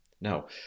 now